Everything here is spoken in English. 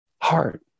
heart